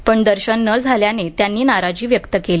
पण दर्शन न झाल्याने त्यांनी नाराजी व्यक्त केली